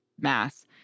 mass